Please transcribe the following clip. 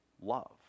love